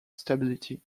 stability